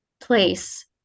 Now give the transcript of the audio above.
place